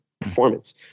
performance